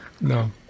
no